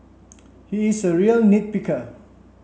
he is a real nit picker